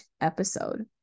episode